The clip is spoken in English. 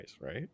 right